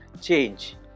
change